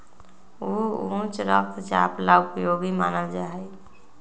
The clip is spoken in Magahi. ऊ उच्च रक्तचाप ला उपयोगी मानल जाहई